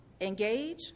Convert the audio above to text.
Engage